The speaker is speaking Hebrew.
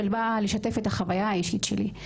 אבל באה לשתף את החוויה האישית שלי.